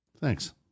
Thanks